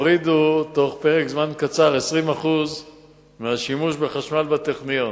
תוך פרק זמן קצר הם הורידו 20% מצריכת החשמל בטכניון.